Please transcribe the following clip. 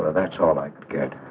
that's all i get.